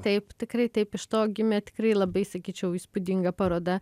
taip tikrai taip iš to gimė tikrai labai sakyčiau įspūdinga paroda